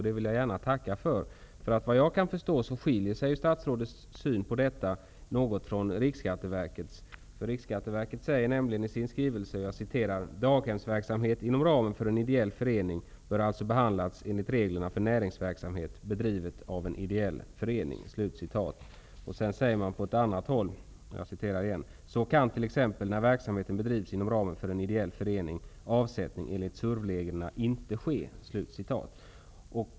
Det vill jag gärna tacka för. Såvitt jag förstår skiljer sig statsrådets syn på detta något från Riksskatteverkets. Riksskatteverket säger nämligen i sin skrivelse: ''Daghemsverksamhet inom ramen för en ideell förening bör alltså behandlas enligt reglerna för näringsverksamhet bedriven av en ideell förening:'' Vidare sägs det på ett annat ställe i skrivelsen: ''Så kan t.ex. när verksamheten bedrivs inom ramen för en ideell förening avsättning enligt Surv-reglerna inte ske.''